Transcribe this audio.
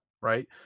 right